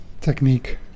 technique